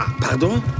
Pardon